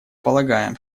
полагаем